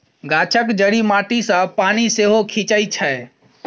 गाछक जड़ि माटी सँ पानि सेहो खीचई छै